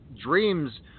dreams